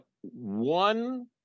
one